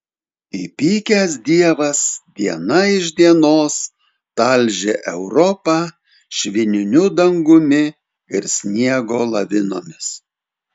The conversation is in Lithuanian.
įpykęs dievas diena iš dienos talžė europą švininiu dangumi ir sniego lavinomis